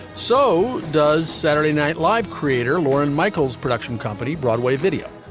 so does saturday night live creator lorne michaels, production company, broadway video.